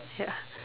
ya